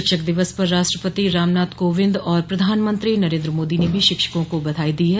शिक्षक दिवस पर राष्ट्रपति रामनाथ कोविंद और प्रधानमंत्री नरेन्द्र मोदी ने भी शिक्षकों को बधाई दी है